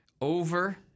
Over